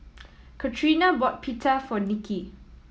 Catrina bought Pita for Nicki